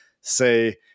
say